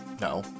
no